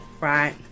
right